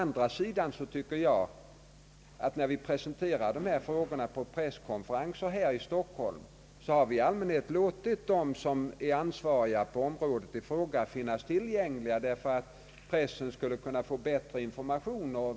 När vi å andra sidan presenterar sådana här frågor för pressen i Stockholm har vi i allmänhet låtit dem som är ansvariga inom området i fråga finnas tillgängliga så att pressen kan få bättre informationer.